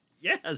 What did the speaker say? Yes